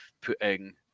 putting